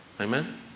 Amen